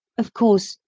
of course,